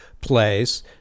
place